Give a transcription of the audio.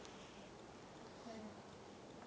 !haiya!